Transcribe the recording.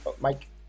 Mike